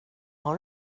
har